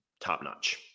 top-notch